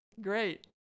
Great